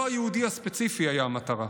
לא היהודי הספציפי היה המטרה,